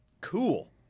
Cool